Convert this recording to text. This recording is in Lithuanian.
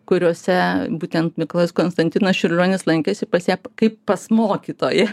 kuriose būtent mikalojus konstantinas čiurlionis lankėsi pas ją kaip pas mokytoją